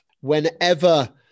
whenever